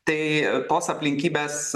tai tos aplinkybės